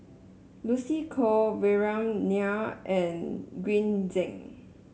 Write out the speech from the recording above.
Lucy Koh Vikram Nair and Green Zeng